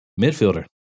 midfielder